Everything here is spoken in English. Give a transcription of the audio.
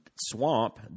Swamp